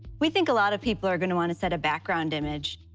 we think a lot of people are gonna want to set a background image,